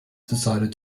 decided